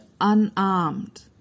unarmed